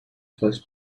first